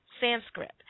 Sanskrit